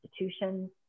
institutions